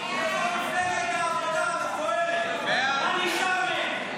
אונר"א, התשפ"ה 2024,